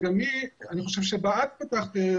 ואני חושב שבה את פתחת,